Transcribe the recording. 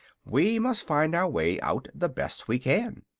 we must find our way out the best we can.